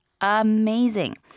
amazing